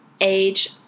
age